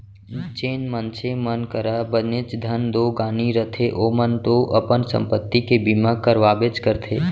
जेन मनसे मन करा बनेच धन दो गानी रथे ओमन तो अपन संपत्ति के बीमा करवाबेच करथे